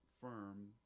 firm